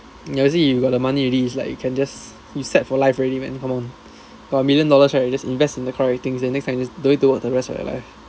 ya you see you got the money already it's like you can just you set for life already man come on for a million dollars right you just invest in the correct things then next time you just don't need to work the rest of your life